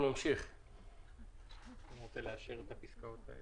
אם נחסום את זה בסכום מסוים,